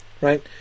right